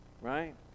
right